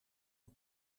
een